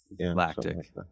Lactic